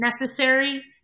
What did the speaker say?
necessary